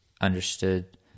understood